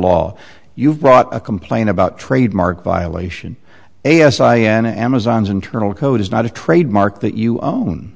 law you've brought a complaint about trademark violation a s i and amazon's internal code is not a trademark that you own